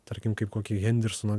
tarkim kaip kokį hendersoną